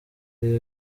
ariyo